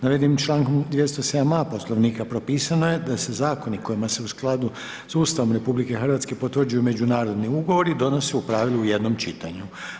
Navedenim čl. 207a. Poslovnika propisano je da se Zakoni kojima se u skladu s Ustavom RH potvrđuju Međunarodni ugovori donose u pravilu u jednom čitanju.